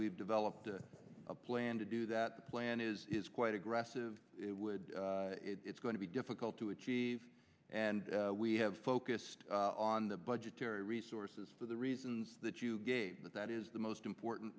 we've developed a plan to do that the plan is is quite aggressive it would it's going to be difficult to achieve and we have focused on the budgetary resources for the reasons that you gave but that is the most important